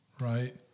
Right